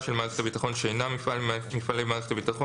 של מערכת הביטחון שאינה מפעל ממפעלי מערכת הביטחון